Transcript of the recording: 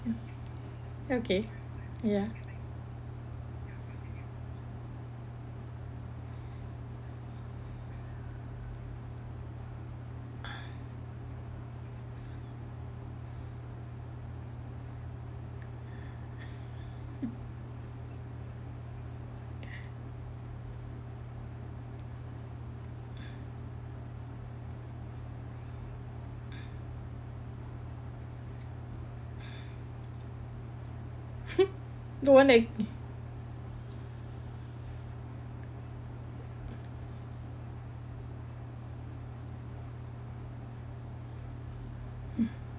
mm okay yeah the one that mm